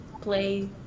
play